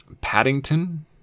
Paddington